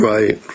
Right